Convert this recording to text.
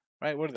right